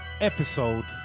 episode